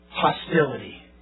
hostility